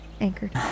anchored